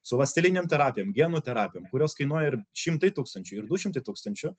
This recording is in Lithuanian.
su ląstelinėm terapijom genų terapijom kurios kainuoja ir šimtai tūkstančių ir du šimtai tūkstančių